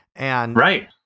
Right